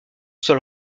sol